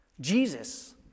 Jesus